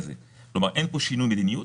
כלומר אין פה שינוי מדיניות,